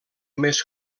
més